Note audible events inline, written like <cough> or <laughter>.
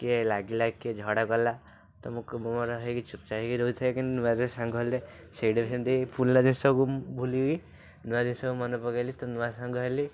କିଏ ଲାଗିଲା କିଏ ଝଗଡ଼ା କଲା ତ ମୁଁ କ ମୋର ହେଇକି ଚୁପ୍ଚାପ୍ ହେଇକି ରହୁଥାଏ କିନ୍ତୁ ନୂଆ ଯେଉଁ ସାଙ୍ଗ ହେଲେ ସେଇଠି ବି ସେମିତି <unintelligible> ସବୁ ମୁଁ ଭୁଲିକି ନୂଆ ଜିନିଷକୁ ମନେ ପକେଇଲି ତ ନୂଆ ସାଙ୍ଗ ହେଲି